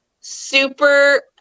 super